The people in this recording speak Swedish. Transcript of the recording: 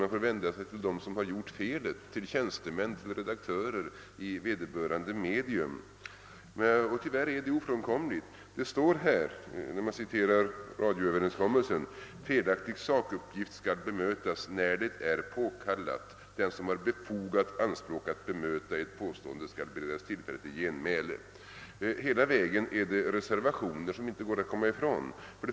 Man får vända sig till dem som har begått felet, till redaktörer och tjänstemän i vederbörande medium; tyvärr är det ofrånkomligt. I radioöverenskommelsen står: »Felaktig sakuppgift skall beriktigas, när det är påkallat. Den som har befogat anspråk att bemöta ett påstående skall beredas tillfälle till genmäle.» Hela vägen finns reservationer som det inte går att komma ifrån.